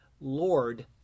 Lord